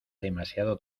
demasiado